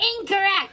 Incorrect